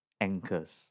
anchors